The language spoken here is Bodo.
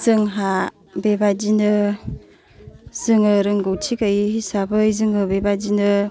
जोंहा बेबायदिनो जोङो रोंगौथि गैयै हिसाबै जोङो बेबायदिनो